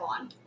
on